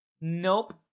Nope